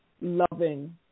loving